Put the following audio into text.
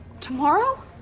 Tomorrow